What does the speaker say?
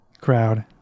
crowd